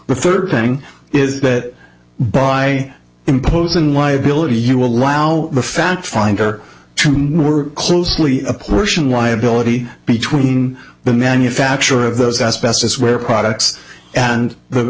the third thing is that by imposing liability you allow the fount finder to were closely a portion liability between the manufacturer of those asbestos where products and